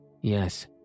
yes